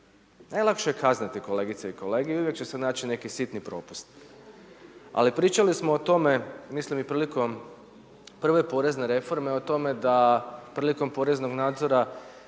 Najlakše je kazniti kolegice i kolege i u uvijek će se naći neki sitni propust ali pričali smo o tome, mislim i prilikom prve porezne reforme o tome da prilikom poreznog nadzora,